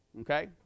okay